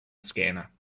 scanner